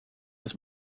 his